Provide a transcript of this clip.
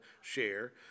share